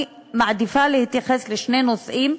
אני מעדיפה להתייחס לשני נושאים,